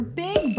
big